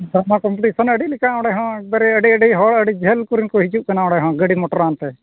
ᱫᱷᱟᱢᱟ competition ᱟᱹᱰᱤ ᱞᱮᱠᱟ ᱚᱸᱰᱮ ᱦᱚᱸ ᱮᱠᱵᱟᱨᱮ ᱟᱹᱰᱤ ᱟᱹᱰᱤ ᱦᱚᱲ ᱟᱹᱰᱤ ᱡᱷᱟᱹᱞ ᱠᱚᱨᱮᱱ ᱠᱚ ᱦᱤᱡᱩᱜ ᱠᱟᱱᱟ ᱚᱸᱰᱮ ᱦᱚᱸ ᱜᱟᱹᱰᱤ ᱢᱚᱴᱚᱨᱟᱱᱛᱮ